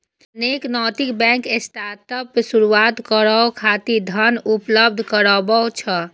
अनेक नैतिक bank startup शुरू करै खातिर धन उपलब्ध कराबै छै